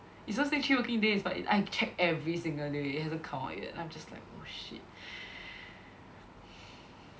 it's supposed to take three working days but I check every single day it hasn't come out yet then I'm just like oh shit